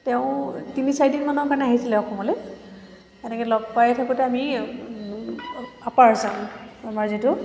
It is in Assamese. তেওঁ তিনি চাৰিদিনমানৰ মানে আহিছিলে অসমলৈ এনেকৈ লগ পাই থাকোঁতে আমি আপাৰ আচাম আমাৰ যিটো